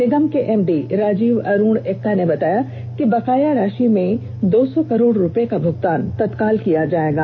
निगम के एमडी राजीव अरूण एक्का ने बताया कि बकाया राषि में दो सौ करोड़ रूपये का भूगतान तत्काल किया जाएगा